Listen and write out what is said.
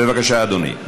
בבקשה, אדוני.